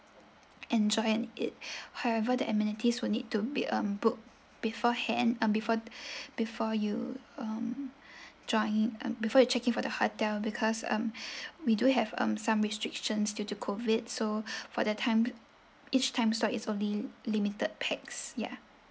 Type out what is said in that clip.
enjoy and it however the amenities will need to be um book beforehand uh before before you um join in um before you check in for the hotel because um we do have um some restrictions due to COVID so for the time each time slot is only limited pax ya